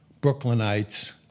Brooklynites